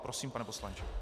Prosím, pane poslanče.